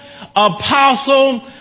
apostle